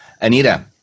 Anita